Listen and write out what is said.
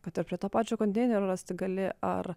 kad ir prie to pačio konteinerio rasti gali ar